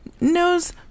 knows